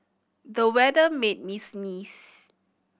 the weather made me sneeze